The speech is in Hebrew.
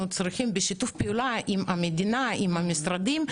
ואנחנו צריכים שיתוף פעולה של המדינה והמשרדים.